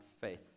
faith